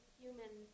human